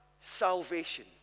salvation